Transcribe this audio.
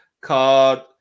called